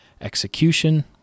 execution